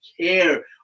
care